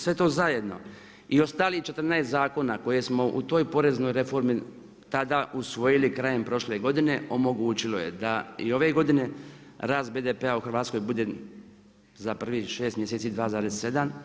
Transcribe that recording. Sve to zajedno i ostalih 14 zakona koje smo u toj poreznoj reformi tada usvojili krajem prošle godine omogućilo je da i ove godine rast BDP-a bude za prvih 6 mjeseci 2,7.